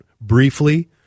briefly